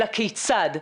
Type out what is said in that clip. אלא כיצד.